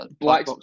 Black